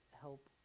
help